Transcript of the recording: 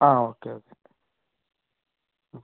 ആ okay okay